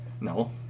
No